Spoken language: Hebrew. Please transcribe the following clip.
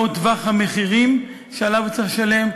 מהו טווח המחירים שהוא צריך לשלם,